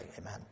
Amen